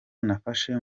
nafasha